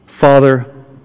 father